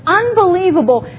unbelievable